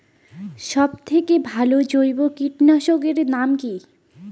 সব থেকে ভালো জৈব কীটনাশক এর নাম কি?